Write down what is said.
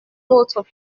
votre